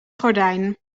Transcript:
gordijn